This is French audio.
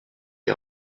est